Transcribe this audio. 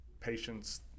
patients